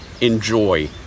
enjoy